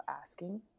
asking